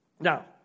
Now